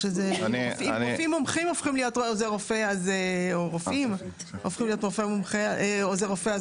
אם רופאים מומחים או רופאים הופכים להיות עוזר רופא,